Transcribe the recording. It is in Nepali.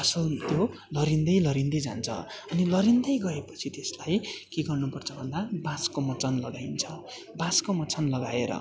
फसल त्यो लहरिँदै लहरिँदै जान्छ अनि लहरिँदै गए पछि त्यसलाई के गर्नुपर्छ भन्दा बाँसको मचान लगाइन्छ बाँसको मचान लगाएर